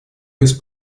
без